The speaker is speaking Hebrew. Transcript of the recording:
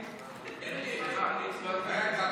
זה סעיף 38,